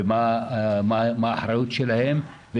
מה האחריות שלהן,